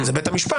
אם זה בית המשפט,